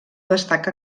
destaca